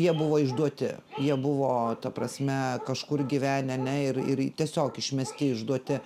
jie buvo išduoti jie buvo ta prasme kažkur gyvenę ane ir ir tiesiog išmesti išduoti